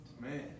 man